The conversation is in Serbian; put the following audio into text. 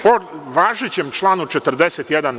Po važećem članu 41.